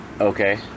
okay